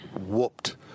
whooped